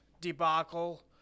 debacle